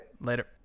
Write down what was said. later